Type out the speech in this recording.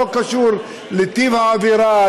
לא קשור לטיב העבירה,